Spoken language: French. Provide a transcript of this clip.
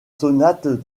sonates